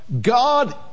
God